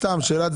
סתם שאלה.